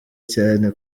cyane